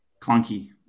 clunky